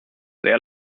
sehr